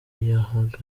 yahaga